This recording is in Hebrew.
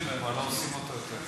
כן, אבל כבר לא עושים אותו.